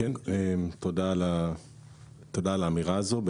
תודה על האמירה הזאת.